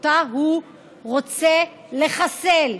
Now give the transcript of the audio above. שאותה הוא רוצה לחסל,